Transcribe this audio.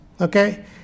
okay